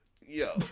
Yo